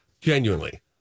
genuinely